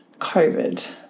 COVID